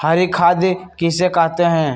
हरी खाद किसे कहते हैं?